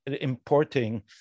importing